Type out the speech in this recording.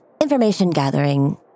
information-gathering